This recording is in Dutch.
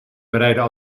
bereidden